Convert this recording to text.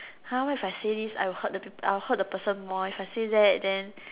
!huh! what if I say this I will hurt the people I will hurt the person more if I say that then